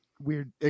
weird